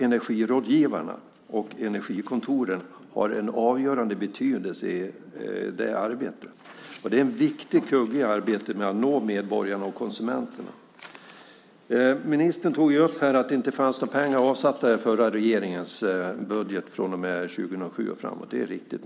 Energirådgivarna och energikontoren har naturligtvis en avgörande betydelse i det arbetet. De är en viktig kugge i arbetet med att nå medborgarna och konsumenterna. Ministern tog upp att det i den förra regeringens budget inte fanns några pengar avsatta från och med 2007 och framåt. Det är riktigt.